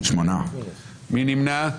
מי נמנע?